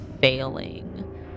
failing